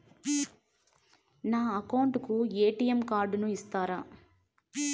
నా అకౌంట్ కు ఎ.టి.ఎం కార్డును ఇస్తారా